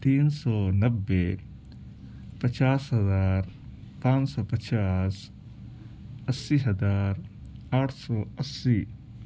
تین سو نوے پچاس ہزار پانچ سو پچاس اسی ہزار آٹھ سو اسی